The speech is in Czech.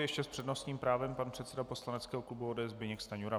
Ještě s přednostním právem pan předseda poslaneckého klubu ODS Zbyněk Stanjura.